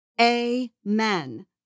Amen